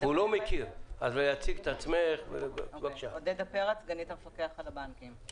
סגנית המפקח על הבנקים.